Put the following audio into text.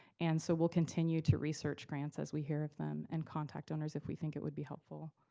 and so we'll continue to research grants as we her of them, and contact owners if we think it will be helpful.